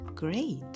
Great